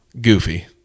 goofy